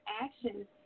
actions